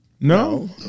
No